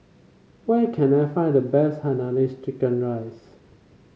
where can I find the best Hainanese Chicken Rice